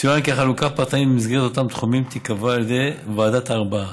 צוין כי החלוקה הפרטנית במסגרת אותם תחומים תיקבע על ידי ועדת הארבעה,